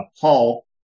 Paul